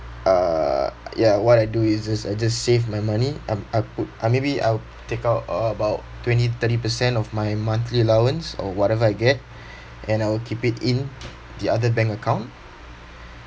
err ya what I do is just I just save my money um I put uh maybe I'll take out about twenty thirty percent of my monthly allowance or whatever I get and I will keep it in the other bank account